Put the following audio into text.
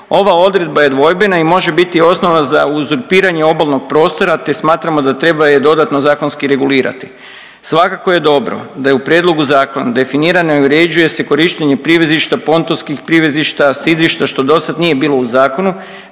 Ova odredba je dvojbena i može biti osnova za uzurpiranje obalnog prostora te smatramo da treba je dodatno zakonski regulirati. Svakako je dobro da je u prijedlogu zakona definirano je i uređuje se korištenje privezišta, pontonskih privezišta, sidrišta što dosad nije bilo u zakonu